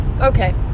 Okay